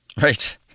Right